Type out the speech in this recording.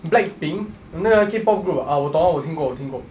blackpink 讲那个 K-pop group ah orh 我懂 ah 我听过我听过